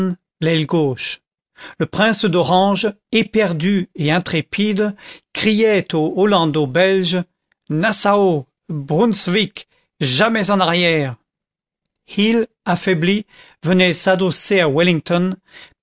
l'aile gauche le prince d'orange éperdu et intrépide criait aux hollando belges nassau brunswick jamais en arrière hill affaibli venait s'adosser à wellington